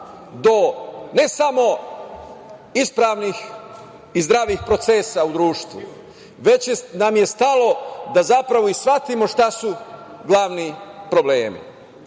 do ne samo ispravnih i zdravih procesa u društvu, već nam je stalo da zapravo i shvatimo šta su glavni problemi. Prateći